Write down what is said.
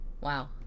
Wow